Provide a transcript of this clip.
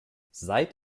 seit